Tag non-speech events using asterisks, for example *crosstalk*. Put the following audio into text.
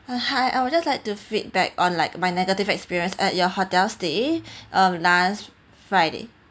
uh hi I would just like to feedback on like my negative experience at your hotel stay *breath* uh last friday